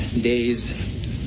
days